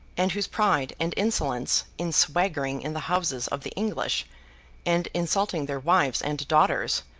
and whose pride and insolence, in swaggering in the houses of the english and insulting their wives and daughters,